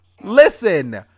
Listen